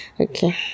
Okay